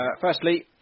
Firstly